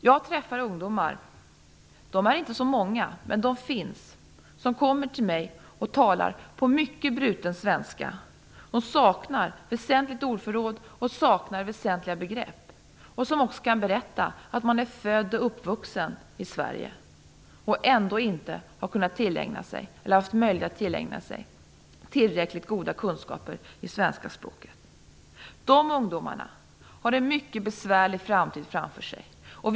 Jag träffar ungdomar - de är inte så många men de finns - som talar mycket bruten svenska. De saknar en väsentlig del av ordförrådet och väsentliga begrepp. De kan berätta att de är födda och uppvuxna i Sverige, och de har ändå inte haft möjlighet att skaffa sig tillräckligt goda kunskaper i svenska språket. De ungdomarna går en mycket besvärlig framtid till mötes.